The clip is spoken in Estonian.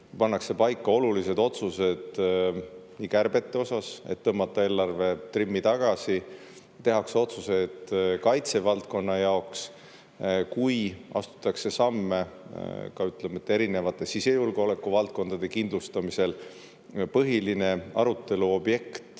pannakse paika olulised otsused kärbete osas, et tõmmata eelarve trimmi tagasi, tehakse otsused kaitsevaldkonna jaoks ja astutakse samme ka erinevate sisejulgeolekuvaldkondade kindlustamisel, on põhiline arutelu objekt